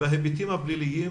מה קורה בהיבטים הפליליים?